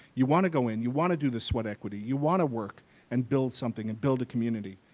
you want to go in, you want to do the sweat equity, you want to work and build something and build a community.